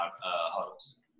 huddles